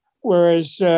whereas